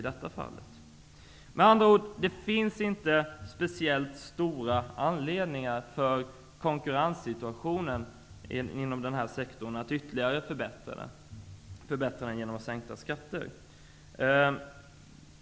Det finns med andra ord inte speciellt stor anledning att ytterligare förbättra konkurrenssituationen inom denna sektor genom sänkta skatter.